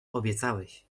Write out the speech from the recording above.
obiecałeś